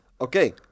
okay